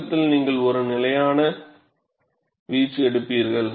துவக்கத்தில் நீங்கள் ஒரு நிலையான வீச்சு எடுப்பீர்கள்